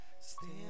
stand